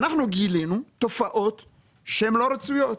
אנחנו גילינו תופעות לא רצויות.